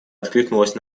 откликнулась